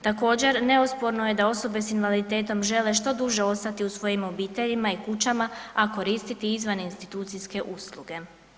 Također, neosporno je da osobe s invaliditetom žele što duže ostati u svojim obiteljima i kućama, a koristiti izvan institucijske usluge.